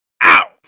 out